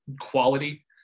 quality